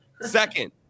Second